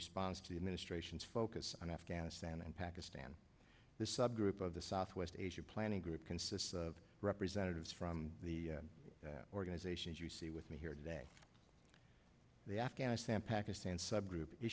response to the administration's focus on afghanistan and pakistan this subgroup of the southwest asia planning group consists of representatives from the organizations you see with me here today the afghanistan pakistan sub